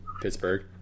Pittsburgh